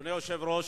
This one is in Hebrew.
אדוני היושב-ראש,